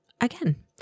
again